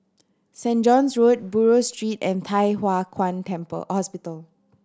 Saint John's Road Buroh Street and Thye Hua Kwan Temple Hospital